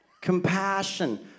Compassion